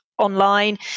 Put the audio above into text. online